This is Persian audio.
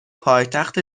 پایتخت